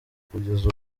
kugeza